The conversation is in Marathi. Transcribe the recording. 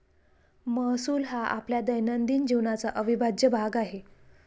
महसूल हा आपल्या दैनंदिन जीवनाचा अविभाज्य भाग आहे